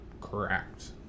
correct